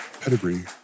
pedigree